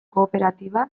kooperatiba